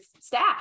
staff